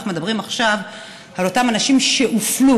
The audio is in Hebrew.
אנחנו מדברים עכשיו על אותם אנשים שהופלו,